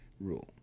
rule